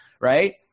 right